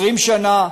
20 שנה,